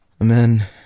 amen